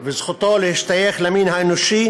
וזכותו להשתייך למין האנושי